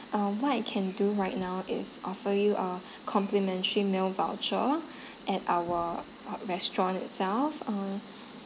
um what I can do right now is offer you a complimentary meal voucher at our restaurant itself uh